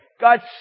God's